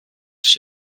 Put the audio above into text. sich